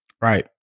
right